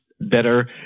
better